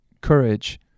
courage